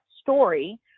story